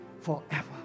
Forever